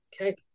Okay